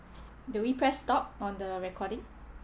do we press stop on the recording